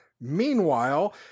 Meanwhile